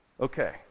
okay